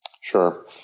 Sure